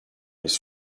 his